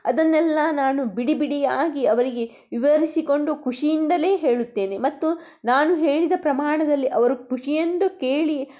ಅದನ್ನೆಲ್ಲ ನಾನು ಬಿಡಿ ಬಿಡಿಯಾಗಿ ಅವರಿಗೆ ವಿವರಿಸಿಕೊಂಡು ಖುಷಿಯಿಂದಲೇ ಹೇಳುತ್ತೇನೆ ಮತ್ತು ನಾನು ಹೇಳಿದ ಪ್ರಮಾಣದಲ್ಲಿ ಅವರು ಖುಷಿಯಿಂದು ಕೇಳಿ